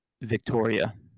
Victoria